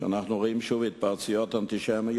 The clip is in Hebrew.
שאנחנו רואים שוב התפרצויות אנטישמיות,